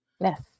Yes